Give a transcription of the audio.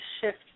shift